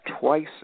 twice